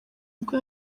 ubwo